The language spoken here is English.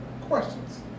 questions